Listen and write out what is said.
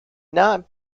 not